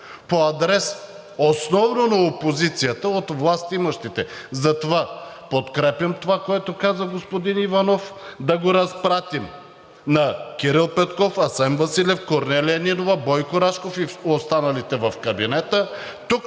по адрес основно на опозицията от властимащите. Затова подкрепям това, което каза господин Иванов. Да го разпратим на Кирил Петков, Асен Василев, Корнелия Нинова, Бойко Рашков и останалите в кабинета,